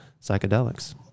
psychedelics